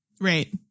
Right